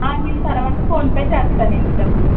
నేను తర్వాత ఫోన్పే చేస్తానండి డబ్బులు